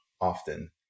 often